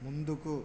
ముందుకు